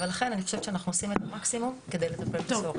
אבל אני חושבת שאנחנו עושים את המקסימום כדי לטפל בסוהרים.